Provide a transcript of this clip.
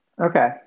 Okay